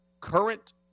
current